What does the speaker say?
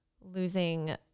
losing